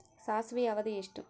ಸಾಸಿವೆಯ ಅವಧಿ ಎಷ್ಟು?